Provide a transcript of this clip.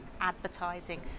advertising